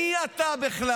מי אתה בכלל?